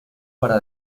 para